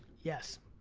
yes.